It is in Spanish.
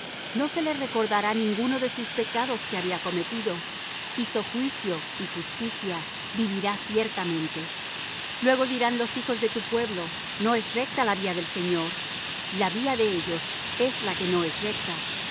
no se le recordará ninguno de sus pecados que había cometido hizo juicio y justicia vivirá ciertamente luego dirán los hijos de tu pueblo no es recta la vía del señor la vía de ellos es la que no es recta